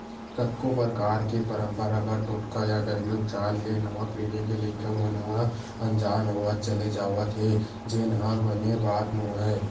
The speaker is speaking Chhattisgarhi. कतको परकार के पंरपरागत टोटका या घेरलू उपचार ले नवा पीढ़ी के लइका मन ह अनजान होवत चले जावत हे जेन ह बने बात नोहय